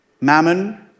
Mammon